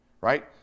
right